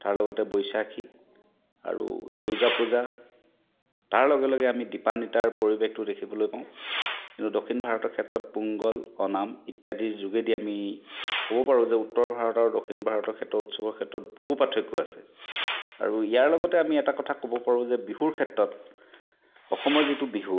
তাৰ লগতে বৈচাখী আৰু দুৰ্গাপূজা তাৰ লগে লগে আমি দীপান্বিতাৰ পৰিৱেশটো আমি দেখিবলৈ পাওঁ কিন্তু দক্ষিণ ভাৰতৰ ক্ষেত্ৰত পুঙ্গল অনাম ইত্যাদিৰ যোগেদি আমি ক'ব পাৰোঁ যে উত্তৰ ভাৰতৰ আৰু দক্ষিণ ভাৰতৰ উৎসবৰ ক্ষেত্ৰত বহুত পাৰ্থক্য আছে আৰু ইয়াৰ লগতে আমি এটা কথা ক'ব পাৰোঁ যে বিহুৰ ক্ষেত্ৰত অসমৰ যিটো বিহু